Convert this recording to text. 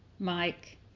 Mike